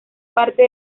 parte